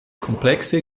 komplexe